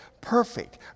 perfect